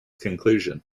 conclusion